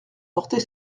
porter